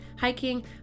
hiking